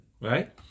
right